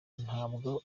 ntabwo